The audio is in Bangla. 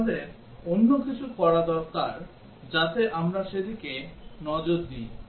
আমাদের অন্য কিছু করা দরকার যাতে আমরা সেদিকে নজর দেই